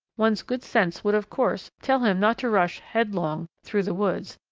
one's good sense would of course tell him not to rush headlong through the woods,